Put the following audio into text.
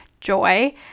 joy